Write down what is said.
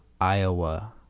iowa